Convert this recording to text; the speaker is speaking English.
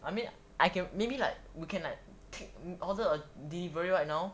I mean I can maybe like we can like take order a delivery right now